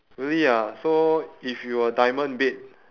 really ah so if you were a diamond bed